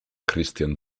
christian